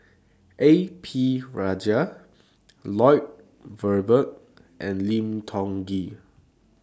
A P Rajah Lloyd Valberg and Lim Tiong Ghee